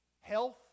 Health